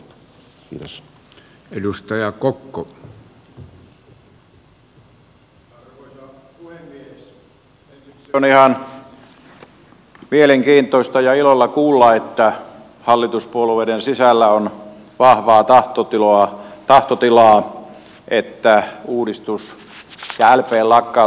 ensiksi on ihan mielenkiintoista ja ilo kuulla että hallituspuolueiden sisällä on vahvaa tahtotilaa siihen että uudistus ja lpn lakkautus on pysäytettävä